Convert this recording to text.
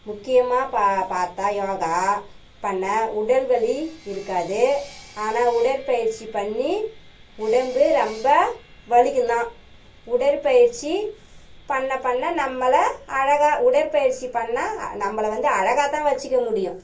முக்கியமாக பா பார்த்தா யோகா பண்ண உடல் வலி இருக்காது ஆனால் உடற்பயிற்சி பண்ணி உடம்பு ரொம்ப வலிக்குந்தான் உடற்பயிற்சி பண்ண பண்ண நம்மள அழகாக உடற்பயிற்சி பண்ணால் நம்மள வந்து அழகாகத் தான் வச்சுக்க முடியும்